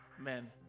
Amen